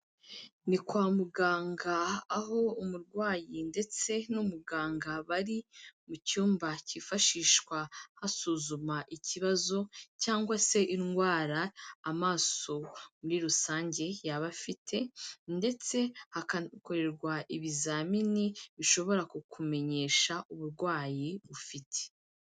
Ni kwa muganga aho umurwayi ndetse n'umuganga bari, mu cyumba cyifashishwa hasuzumwa ikibazo cyangwa se indwara amaso muri rusange yaba afite, ndetse hakanakorerwa ibizamini bishobora kukumenyesha uburwayi ufite.